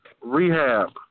rehab